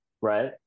right